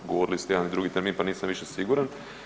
Govorili ste jedan i drugi termin, pa nisam više siguran.